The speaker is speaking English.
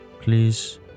please